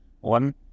one